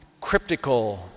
cryptical